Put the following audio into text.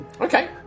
Okay